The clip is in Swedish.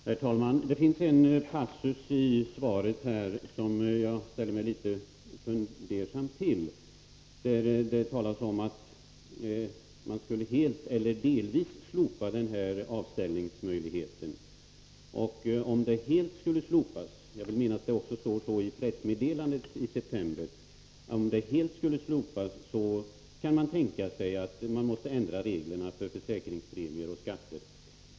Herr talman! Det finns en passus i svaret som jag ställer mig litet fundersam inför. Det talas där om att man ”helt eller delvis” skulle slopa avställningsmöjligheten. Jag vill minnas att det också stod så i pressmeddelandet i december. Om denna möjlighet helt skulle slopas, kan man tänka sig att reglerna för försäkringspremier och skatter måste ändras.